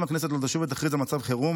אם הכנסת לא תשוב ותכריז על מצב חירום,